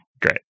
Great